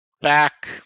back